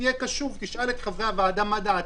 אני חושב שתהיה קשוב שאל את חברי הוועדה מה דעתם,